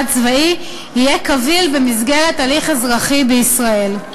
צבאי יהיה קביל במסגרת הליך אזרחי בישראל.